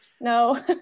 no